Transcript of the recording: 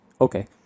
okay